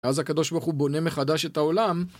ואז הקדוש ברוך הוא בונה מחדש את העולם.